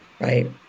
right